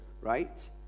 right